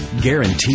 guaranteed